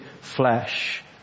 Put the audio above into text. flesh